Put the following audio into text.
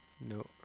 No